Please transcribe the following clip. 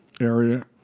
area